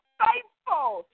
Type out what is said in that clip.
faithful